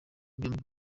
byombi